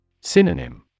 Synonym